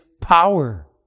power